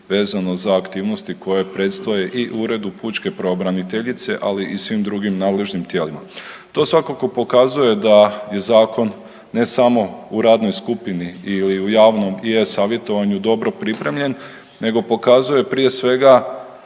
vezano za aktivnosti koje predstoje i Uredu pučke pravobraniteljice ali i svim drugim nadležnim tijelima. To svakako pokazuje da je zakon ne samo u radnoj skupini ili u javnom e-savjetovanju dobro pripremljen, nego pokazuje prije svega